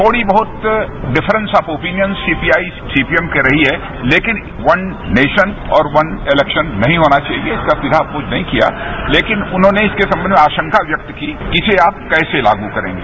थोड़ी बहत difference of opinion CPI CPM की रही है लेकिन वन नेशन और वन इलेक्शन नहीं होना चाहिए इसका सीधा अपोज नहीं किया लेकिन उन्होंने इसके संबंध में आशंका व्यक्त की इसे आप कैसे लागू करेंगे